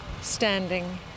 standing